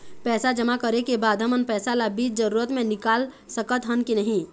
पैसा जमा करे के बाद हमन पैसा ला बीच जरूरत मे निकाल सकत हन की नहीं?